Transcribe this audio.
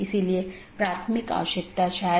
इसलिए उनके बीच सही तालमेल होना चाहिए